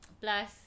Plus